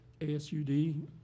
ASUD